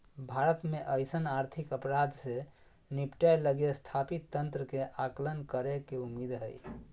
भारत में अइसन आर्थिक अपराध से निपटय लगी स्थापित तंत्र के आकलन करेके उम्मीद हइ